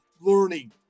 learning